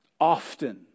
often